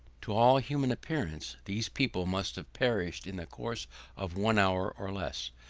to all human appearance, these people must have perished in the course of one hour or less,